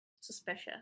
Suspicious